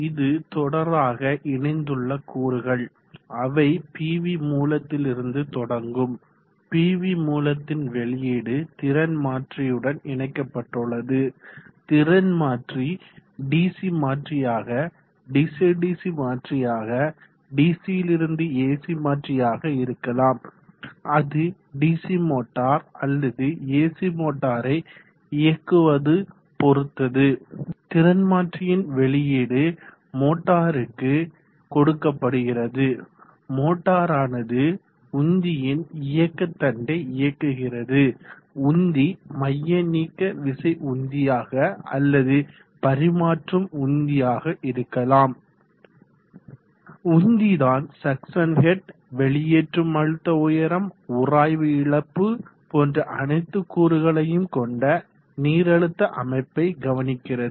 இது தொடராக இணைந்துள்ள கூறுகள் அவை பிவி மூலத்திலிருந்து தொடங்கும் பிவி மூலத்தின் வெளயீடு திறன் மாற்றியுடன் இணைக்கப்பட்டுள்ளது திறன் மாற்றி டிசி மாற்றியாக டிசி டிசி மாற்றியாக டிசியிலிருந்து ஏசி மாற்றியாக இருக்கலாம் அது டிசி மோட்டார் அல்லது ஏசி மோட்டாரை இயக்குவது பொறுத்தது திறன் மாற்றியின் வெளியீடு மோட்டாருக்கு கொடுக்கப்படுகிறது மோட்டாரானது உந்தியின் இயக்கதண்டை இயக்குகிறது உந்தி மைய நீக்க விசை உந்தியாக அல்லது பரிமாற்றும் உந்தியாக இருக்கலாம் உந்நிதான் சக்சன் ஹெட் வெளியேற்றும் அழுத்த உயரம் உராய்வு இழப்பு போன்ற அனைத்து கூறுகளையும் கொண்ட நீரழுத்த அமைப்பை கவனிக்கிறது